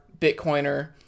Bitcoiner